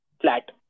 flat